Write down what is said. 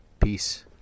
Peace